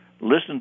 listen